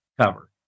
cover